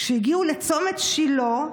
כשהגיעו לצומת שילה,